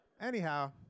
Anyhow